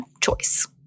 choice